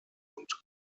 und